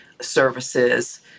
services